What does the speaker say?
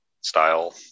style